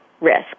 risk